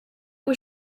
was